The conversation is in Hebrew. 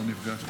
הכנסת,